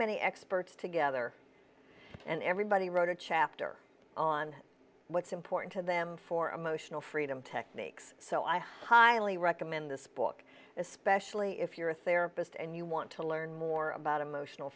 many experts together and everybody wrote a chapter on what's important to them for emotional freedom techniques so i highly recommend this book especially if you're a therapist and you want to learn more about emotional